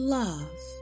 love